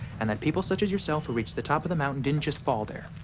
and that people such as yourself who reach the top of the mountain didn't just fall there.